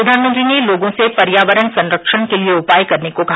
प्रधानमंत्री ने लोगों से पर्यावरण संरक्षण के लिए उपाय करने को कहा